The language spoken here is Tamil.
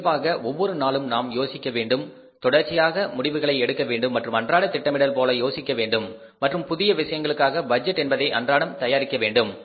எனவே இயற்கையாக ஒவ்வொரு நாளும் நாம் யோசிக்கவேண்டும் தொடர்ச்சியாக முடிவுகளை எடுக்க வேண்டும் மற்றும் அன்றாட திட்டமிடல் போல யோசிக்க வேண்டும் மற்றும் புதிய விஷயங்களுக்காக பட்ஜெட் என்பதை அன்றாடம் தயாரிக்க வேண்டும்